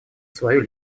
свою